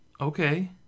okay